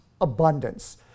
abundance